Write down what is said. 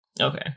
okay